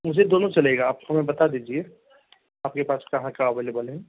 मुझे दोनों चलेगा आप हमें बता दीजिए आपके पास कहाँ का अभलेबल है